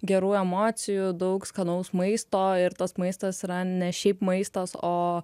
gerų emocijų daug skanaus maisto ir tas maistas yra ne šiaip maistas o